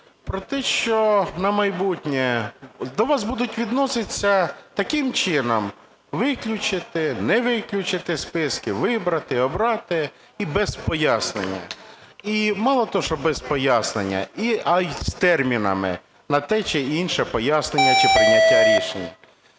про те, що на майбутнє до вас будуть відноситись таким чином: виключити, не виключити зі списків, вибрати, обрати, і без пояснення. І мало того, що без пояснення, а й з термінами на те чи інше пояснення чи прийняття рішення.